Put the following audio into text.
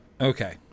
Okay